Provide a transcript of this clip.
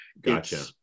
Gotcha